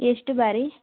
ಎಷ್ಟು ಬಾರಿ